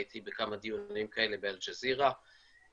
הייתי בכמה דיונים כאלה באל ג'זירה ואני